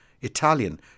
Italian